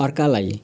अर्कालाई